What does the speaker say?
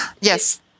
Yes